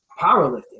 powerlifting